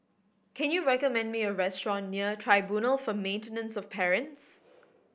can you recommend me a restaurant near Tribunal for Maintenance of Parents